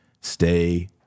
Stay